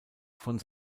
von